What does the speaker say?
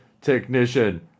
technician